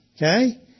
okay